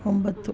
ಒಂಬತ್ತು